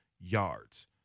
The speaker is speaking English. yards